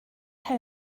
how